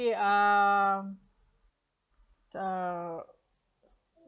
err uh